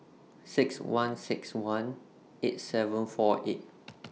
six one six one eight seven four eight